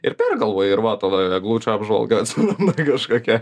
ir pergalvoji ir vat ir eglučių apžvalgas nu ir kažkokią